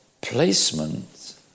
placement